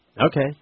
Okay